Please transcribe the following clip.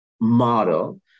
model